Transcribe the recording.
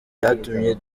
byatumye